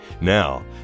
now